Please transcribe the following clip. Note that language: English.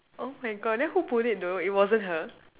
oh my God then who pulled it though it wasn't her